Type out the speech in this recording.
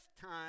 time